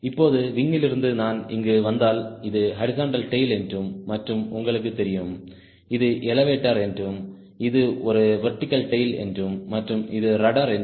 இப்போது விங் யிலிருந்து நான் இங்கு வந்தால் இது ஹாரிஸ்ன்ட்டல் டேய்ல் என்றும்மற்றும் உங்களுக்கு தெரியும் இது எலெவடோர் என்றும் இது ஒரு வெர்டிகல் டேய்ல் என்றும் மற்றும் இது ரட்டர் என்றும்